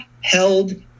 held